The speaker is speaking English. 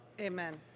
Amen